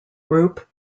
group